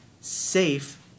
safe